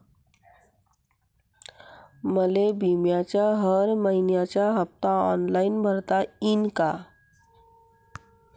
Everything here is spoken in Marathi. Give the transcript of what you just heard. मले बिम्याचा हर मइन्याचा हप्ता ऑनलाईन भरता यीन का?